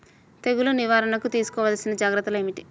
తెగులు నివారణకు తీసుకోవలసిన జాగ్రత్తలు ఏమిటీ?